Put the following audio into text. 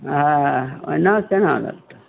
हॅं ओनामे केना लगतौ